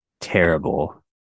terrible